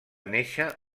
néixer